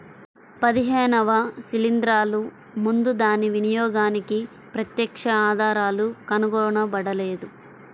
పదిహేనవ శిలీంద్రాలు ముందు దాని వినియోగానికి ప్రత్యక్ష ఆధారాలు కనుగొనబడలేదు